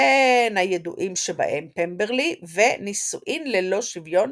בין הידועים שבהם – "פמברלי" ו־"נישואין ללא שוויון"